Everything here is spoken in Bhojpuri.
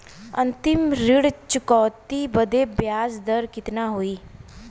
अंतिम ऋण चुकौती बदे ब्याज दर कितना होई?